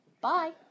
Bye